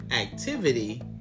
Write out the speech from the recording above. activity